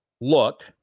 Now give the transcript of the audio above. look